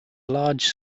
large